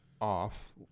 off